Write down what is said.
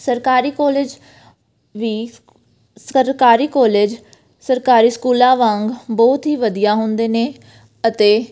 ਸਰਕਾਰੀ ਕੋਲਜ ਵੀ ਸਰਕਾਰੀ ਕੋਲਜ ਸਰਕਾਰੀ ਸਕੂਲਾਂ ਵਾਂਗ ਬਹੁਤ ਹੀ ਵਧੀਆ ਹੁੰਦੇ ਨੇ ਅਤੇ